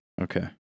Okay